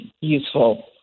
useful